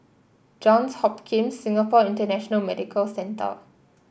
Johns Hopkins Singapore International Medical Centre